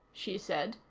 she said,